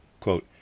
Quote